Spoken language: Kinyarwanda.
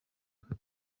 aka